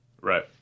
Right